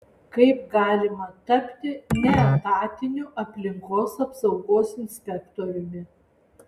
kaip galima tapti neetatiniu aplinkos apsaugos inspektoriumi